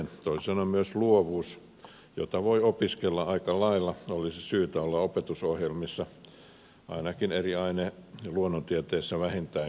toisin sanoen myös luovuuden jota voi opiskella aika lailla olisi syytä olla opetusohjelmissa ainakin eri aineissa vähintäänkin luonnontieteissä sisäänrakennettuna